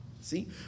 See